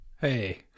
Hey